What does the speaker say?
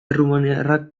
errumaniarrak